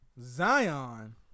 Zion